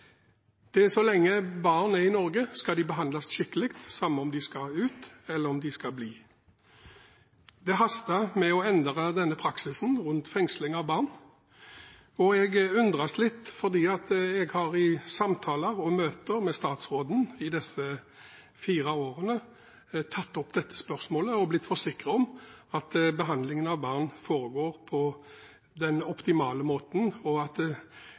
Så lenge barn er Norge, skal de behandles skikkelig – enten de skal ut, eller de skal bli. Det haster med å endre praksisen rundt fengsling av barn. Jeg undres litt fordi jeg i samtaler og i møter med statsråden i disse fire årene har tatt opp dette spørsmålet og blitt forsikret om at behandlingen av barn foregår på den optimale måten, og at